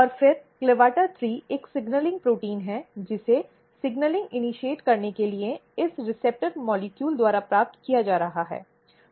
और फिर CLAVATA3 एक सिग्नलिंग प्रोटीन है जिसे सिग्नलिंग इनीशिएट करने के लिए इस रिसेप्टर्स मॉलिक्यूल द्वारा प्राप्त किया जा रहा है